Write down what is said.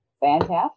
fantastic